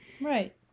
Right